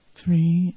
three